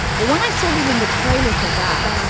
but when i saw him in the trailer for that,